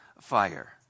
fire